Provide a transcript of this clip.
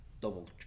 double